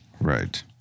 Right